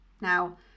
Now